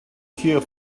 here